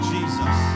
Jesus